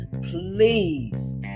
please